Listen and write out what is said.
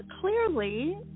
clearly